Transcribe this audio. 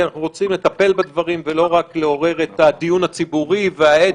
כי אנחנו רוצים לטפל בדברים ולא רק לעורר את הדיון הציבורי וההד,